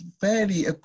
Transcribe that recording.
fairly